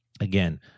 Again